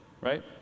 right